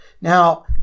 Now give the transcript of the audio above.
Now